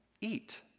eat